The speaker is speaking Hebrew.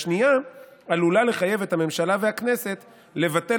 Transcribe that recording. השנייה עלולה לחייב את הממשלה והכנסת לבטל